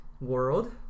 world